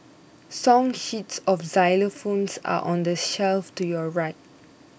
song sheets of xylophones are on the shelf to your right